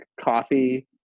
coffee